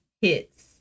hits